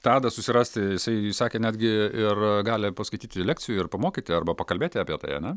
tadą susirasti jisai sakė netgi ir gali paskaityti lekcijų ir pamokyti arba pakalbėti apie tai ane